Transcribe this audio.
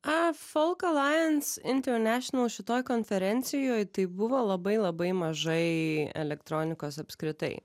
a folko lains international šitoj konferencijoj tai buvo labai labai mažai elektronikos apskritai